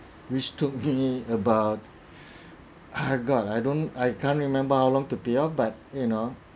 which took me about ah god I don't I can't remember how long to pay off but you know